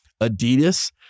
Adidas